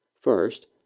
First